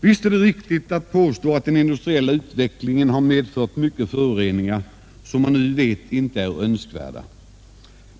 Visst är det riktigt att påstå att den industriella utvecklingen medfört många föroreningar som, enligt vad vi nu vet, inte är önskvärda.